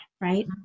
right